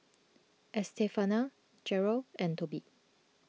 Estefania Jerel and Tobe